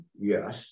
Yes